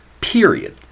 Period